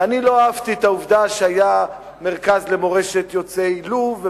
ואני לא אהבתי את העובדה שהיה מרכז למורשת יוצאי לוב,